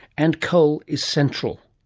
and coal is central.